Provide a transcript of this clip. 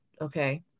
Okay